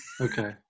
Okay